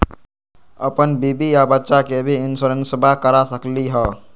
अपन बीबी आ बच्चा के भी इंसोरेंसबा करा सकली हय?